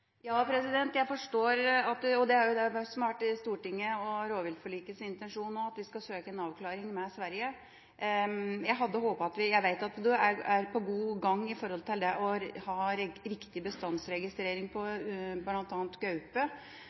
Jeg forstår – og det har også vært Stortingets og rovviltforlikets intensjon – at vi skal søke en avklaring med Sverige. Jeg vet at en er på god vei når det gjelder å ha riktig bestandsregistrering av bl.a. gaupe, men jeg skulle ønske at vi hadde kommet lenger når det gjelder ulv, for det